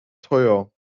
teuer